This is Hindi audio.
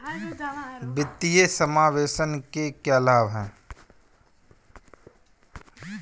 वित्तीय समावेशन के क्या लाभ हैं?